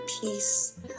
peace